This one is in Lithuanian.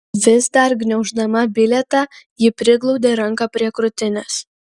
vis dar gniauždama bilietą ji priglaudė ranką prie krūtinės